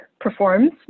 performs